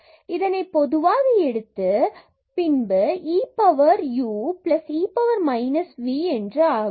எனவே இதனை பொதுவாக எடுத்து பின்பு இவ்வாறு e power u e power minus v ஆகும்